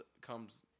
comes